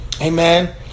Amen